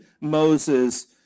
Moses